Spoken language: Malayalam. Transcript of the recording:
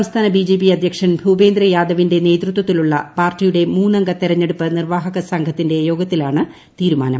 സംസ്ഥാന ബി ജെ പി അധൃക്ഷൻ ഭൂപേന്ദ്രയാദവിന്റെ നേതൃത്വത്തിലുള്ള പാർട്ടിയുടെ മൂന്നംഗ ്തെരഞ്ഞെടുപ്പ് നിർവ്വാഹക സംഘത്തിന്റെ യോഗത്തിലാണ് തീരുമാനം